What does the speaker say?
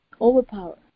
overpower